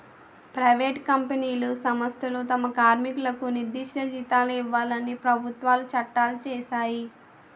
private కంపెనీలు సంస్థలు తమ కార్మికులకు నిర్దిష్ట జీతాలను ఇవ్వాలని ప్రభుత్వాలు చట్టాలు చేశాయి